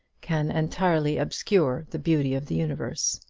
can entirely obscure the beauty of the universe.